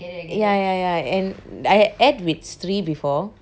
ya ya ya and I ate with sri before